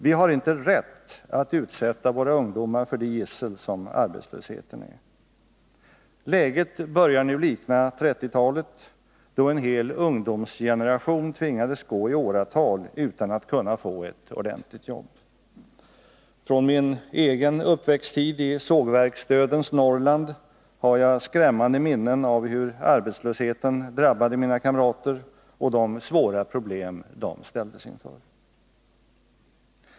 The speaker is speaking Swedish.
Vi har inte rätt att utsätta våra ungdomar för det gissel som arbetslösheten är. Läget börjar nu likna 1930-talet, då en hel ungdomsgeneration tvingades gå i åratal utan att kunna få ett ordentligt jobb. Från min egen uppväxttid i sågverksdödens Norrland har jag skrämmande minnen av hur arbetslösheten drabbade mina kamrater och av de svåra problem de ställdes inför.